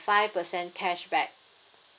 five percent cashback